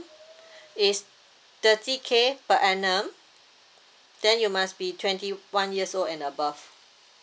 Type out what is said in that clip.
is thirty K per annum then you must be twenty one years old and above